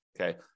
Okay